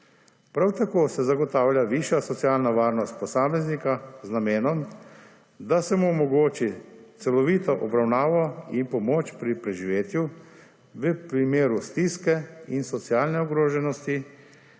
Prav tako se zagotavlja višja socialna varnost posameznika, z namenom, da se mu omogoči celovito obravnavo in pomoč pri preživetju v primeru stiske in socialne ogroženosti,